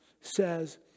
says